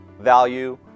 value